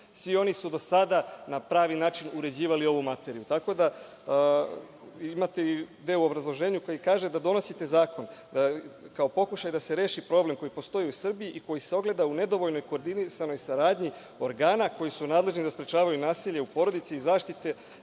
svi oni su do sada na pravi način uređivali ovu materiju. Tako da, imate i deo u obrazloženju koji kaže da donosite zakon kao pokušaj da se reši problem koji postoji u Srbiji i koji se ogleda u nedovoljnoj koordinisanoj saradnji organa koji su nadležni da sprečavaju nasilje u porodici i zaštite